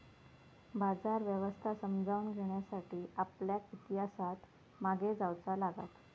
बाजार व्यवस्था समजावून घेण्यासाठी आपल्याक इतिहासात मागे जाऊचा लागात